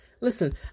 Listen